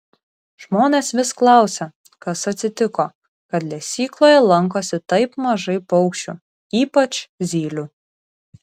žmonės vis klausia kas atsitiko kad lesykloje lankosi taip mažai paukščių ypač zylių